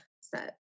set